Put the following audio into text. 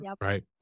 Right